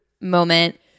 moment